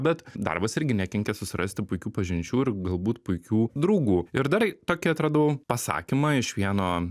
bet darbas irgi nekenkia susirasti puikių pažinčių ir galbūt puikių draugų ir dar tokį atradau pasakymą iš vieno